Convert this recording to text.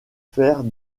faire